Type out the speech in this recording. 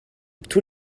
tous